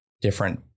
different